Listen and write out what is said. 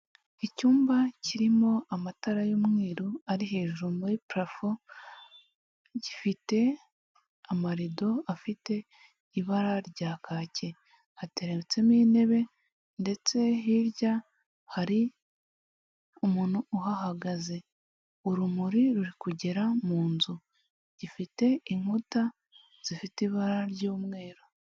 Icyumba kirimo amatara y'umweru ari hejuru muri parafo, gifite amarido afite ibara rya kake, hateretsemo intebe ndetse hirya hari umuntu uhahagaze, urumuri ruri kugera mu nzu, gifite inkuta zifite ibara ry'umweru.